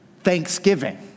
Thanksgiving